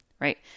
right